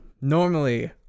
normally